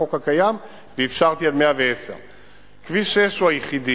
החוק הקיים ואפשרתי עד 110. כביש 6 הוא היחידי